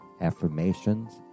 affirmations